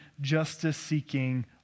justice-seeking